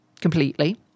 completely